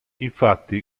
infatti